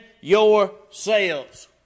yourselves